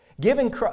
Giving